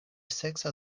seksa